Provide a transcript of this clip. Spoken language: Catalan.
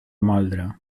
moldre